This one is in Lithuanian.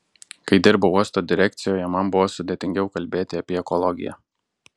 kai dirbau uosto direkcijoje man buvo sudėtingiau kalbėti apie ekologiją